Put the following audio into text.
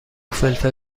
فلفل